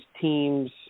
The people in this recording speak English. teams